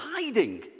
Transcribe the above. hiding